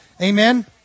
Amen